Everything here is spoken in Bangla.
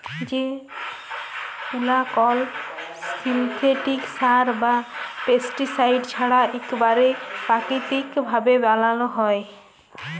যে তুলা কল সিল্থেটিক সার বা পেস্টিসাইড ছাড়া ইকবারে পাকিতিক ভাবে বালাল হ্যয়